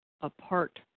apart